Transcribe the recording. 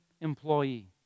employee